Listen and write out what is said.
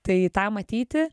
tai tą matyti